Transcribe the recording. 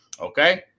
Okay